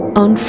on